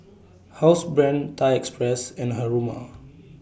Housebrand Thai Express and Haruma